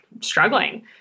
struggling